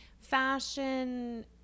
fashion